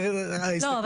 ההסתכלות שלי היא